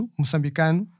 moçambicano